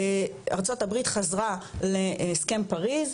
ארצות הברית חזרה להסכם פריז,